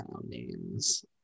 names